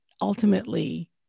ultimately